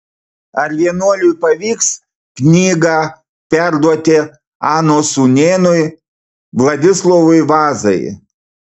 ar vienuoliui pavyks knygą perduoti anos sūnėnui vladislovui vazai